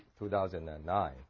2009